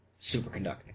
superconducting